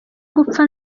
gupfa